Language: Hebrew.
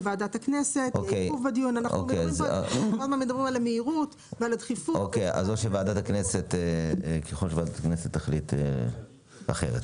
אוקי, אז ככל שוועדת הכנסת תחליט אחרת.